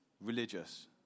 religious